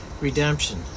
redemption